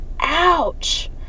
Ouch